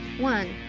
one,